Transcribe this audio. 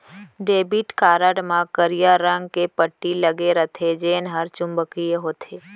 debit card म करिया रंग के पट्टी लगे रथे जेन हर चुंबकीय होथे